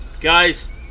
Guys